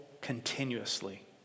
continuously